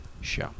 show